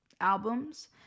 albums